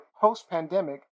post-pandemic